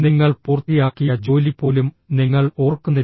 നിങ്ങൾ പൂർത്തിയാക്കിയ ജോലി പോലും നിങ്ങൾ ഓർക്കുന്നില്ല